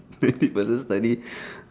fifty percent study